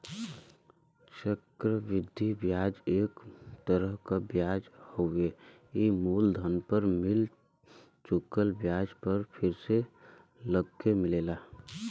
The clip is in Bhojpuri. चक्र वृद्धि ब्याज एक तरह क ब्याज हउवे ई मूलधन पर मिल चुकल ब्याज पर फिर से लगके मिलेला